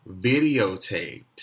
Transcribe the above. videotaped